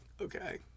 Okay